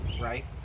right